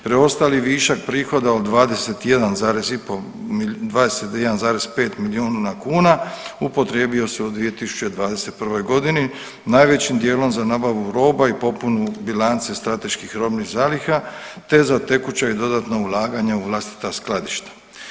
Preostali višak prihoda od 21 zarez i po, 21,5 milijuna kuna upotrijebio se u 2021. godini najvećim dijelom za nabavu roba i popunu bilance strateških robnih zaliha te za tekuća i dodatna ulaganja u vlastita skladišta.